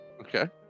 Okay